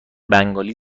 بنگالی